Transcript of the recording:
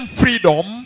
freedom